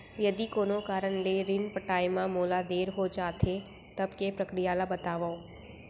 यदि कोनो कारन ले ऋण पटाय मा मोला देर हो जाथे, तब के प्रक्रिया ला बतावव